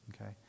Okay